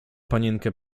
panienkę